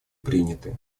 приняты